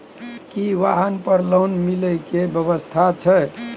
की वाहन पर लोन मिले के व्यवस्था छै?